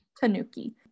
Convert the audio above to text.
Tanuki